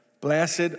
Blessed